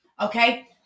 Okay